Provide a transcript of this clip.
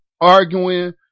arguing